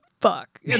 fuck